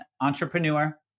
entrepreneur